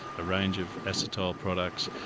a range of acetyl products,